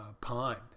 pond